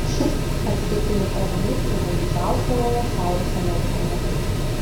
šis atsitiktinis radinys buvo didžiausia uola šiaurės amerikoje